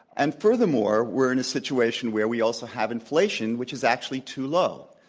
and furthermore, we're in a situation where we also have inflation which is actually too low,